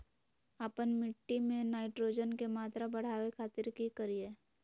आपन मिट्टी में नाइट्रोजन के मात्रा बढ़ावे खातिर की करिय?